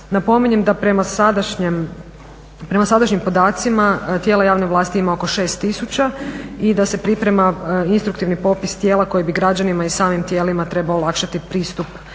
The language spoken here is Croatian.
Napominjem da prema sadašnjim podacima tijela javne vlasti ima oko 6 tisuća i da se priprema instruktivni popis tijela koji bi građanima i samim tijelima trebao olakšati pristup